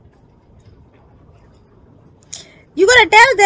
you gotta tell that